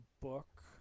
book